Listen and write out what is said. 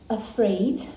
afraid